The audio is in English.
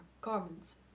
garments